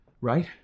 right